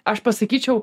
aš pasakyčiau